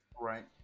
Right